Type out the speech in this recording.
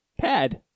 pad